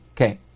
Okay